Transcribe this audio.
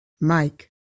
Mike